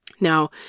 Now